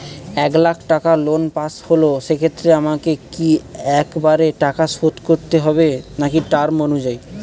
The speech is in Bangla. এক লাখ টাকা লোন পাশ হল সেক্ষেত্রে আমাকে কি একবারে টাকা শোধ করতে হবে নাকি টার্ম অনুযায়ী?